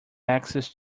access